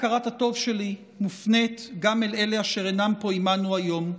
הכרת הטוב שלי מופנית גם אל אלה אשר אינם פה עימנו היום,